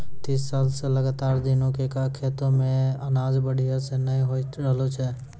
तीस साल स लगातार दीनू के खेतो मॅ अनाज बढ़िया स नय होय रहॅलो छै